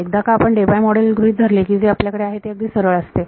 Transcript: एकदा का आपण डेबाय मोडेल गृहीत धरले की जे आपल्याकडे आहे ते अगदी सरळ असते